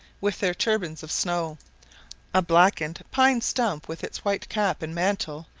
with their turbans of snow a blackened pine-stump, with its white cap and mantle,